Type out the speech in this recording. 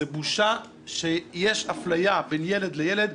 זו בושה שיש אפליה בין ילד לילד.